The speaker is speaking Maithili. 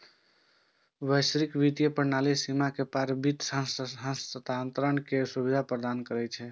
वैश्विक वित्तीय प्रणाली सीमा के पार वित्त हस्तांतरण के सुविधा प्रदान करै छै